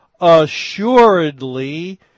assuredly